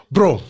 Bro